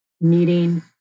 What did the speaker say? meeting